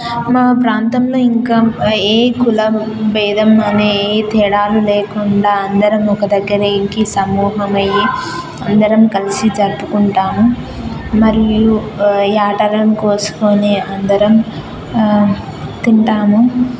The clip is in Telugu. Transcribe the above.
మా ప్రాంతంలో ఇంకా ఏ కులం బేధం అనే ఏ తేడాలు లేకుండా అందరం ఒక దగ్గర ఇంటి సమూహమై అందరం కలిసి జరుపుకుంటాము మరియు యాటలను కోసుకొని అందరం తింటాము